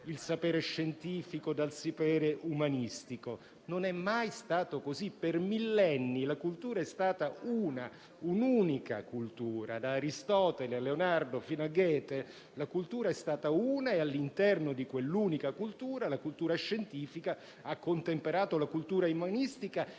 il sapere scientifico da quello umanistico. Non è mai stato così; per millenni la cultura è stata una, un'unica cultura da Aristotele a Leonardo, fino a Goethe; è stata una e, all'interno di quell'unica cultura, quella scientifica ha contemperato la cultura umanistica